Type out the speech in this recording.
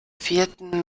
vierten